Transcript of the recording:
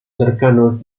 cercano